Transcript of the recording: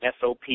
SOP